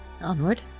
onward